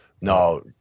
No